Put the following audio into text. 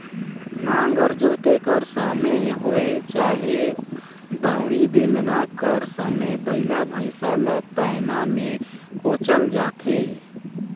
नांगर जोते कर समे होए चहे दउंरी, बेलना कर समे बइला भइसा ल पैना मे कोचल जाथे